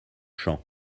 champ